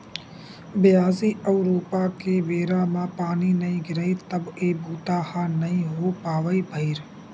बियासी अउ रोपा के बेरा म पानी नइ गिरय त ए बूता ह नइ हो पावय भइर